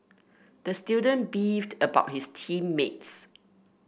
the student beefed about his team mates